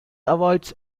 avoids